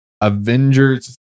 Avengers